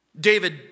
David